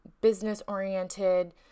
business-oriented